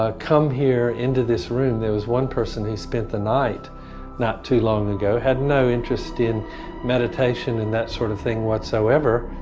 ah come here into this room, there was one person who spent a night not that long ago, had no interest in meditation and that sort of thing whatsoever,